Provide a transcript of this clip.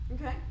Okay